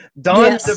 don